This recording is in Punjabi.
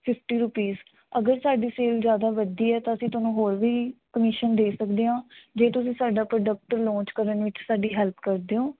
ਫਿਫਟੀ ਰੁਪੀਸ ਅਗਰ ਸਾਡੀ ਸੇਲ ਜ਼ਿਆਦਾ ਵਧਦੀ ਹੈ ਤਾਂ ਅਸੀਂ ਤੁਹਾਨੂੰ ਹੋਰ ਵੀ ਕਮਿਸ਼ਨ ਦੇ ਸਕਦੇ ਹਾਂ ਜੇ ਤੁਸੀਂ ਸਾਡਾ ਪ੍ਰੋਡਕਟ ਲਾਂਚ ਕਰਨ ਵਿੱਚ ਸਾਡੀ ਹੈਲਪ ਕਰਦੇ ਹੋ